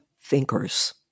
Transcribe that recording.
thinkers